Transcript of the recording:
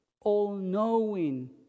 all-knowing